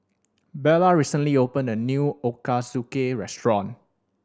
Bella recently opened a new Ochazuke restaurant